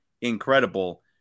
incredible